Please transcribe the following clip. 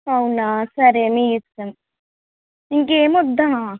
అవునా సరే నీ ఇష్టం ఇంకేం వద్దా